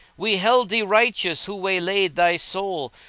we held thee righteous, who waylaid thy soul?